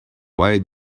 why